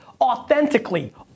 Authentically